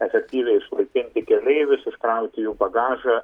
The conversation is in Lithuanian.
efektyviai išlaipinti keleivius iškrauti jų bagažą